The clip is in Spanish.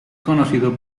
conocido